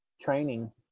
training